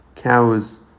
Cows